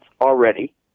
already